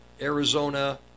Arizona